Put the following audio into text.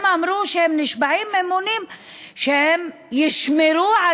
הם אמרו שהם נשבעים אמונים שהם ישמרו על